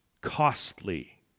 costly